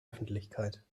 öffentlichkeit